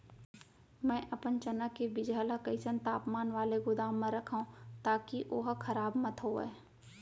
मैं अपन चना के बीजहा ल कइसन तापमान वाले गोदाम म रखव ताकि ओहा खराब मत होवय?